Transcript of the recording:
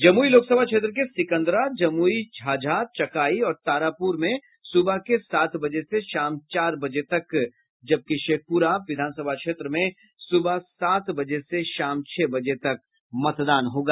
जमुई लोकसभा क्षेत्र के सिंकदरा जमुई झाझा चकाई और तारापुर में सुबह के सात बजे से शाम चार बजे तक जबकि शेखपुरा विधानसभा क्षेत्र में सुबह सात बजे से शाम छह बजे तक मतदान होगा